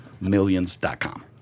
Millions.com